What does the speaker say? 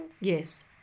Yes